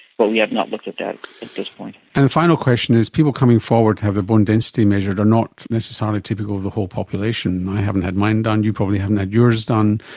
but we have not looked at that at this point. and a final question is people coming forward to have their bone density measured are not necessarily typical of the whole population. i haven't had mine done, you probably haven't had yours done.